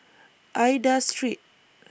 Aida Street